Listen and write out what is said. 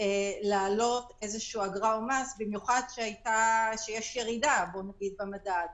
להעלות אגרה או מס, במיוחד שיש ירידה במדד.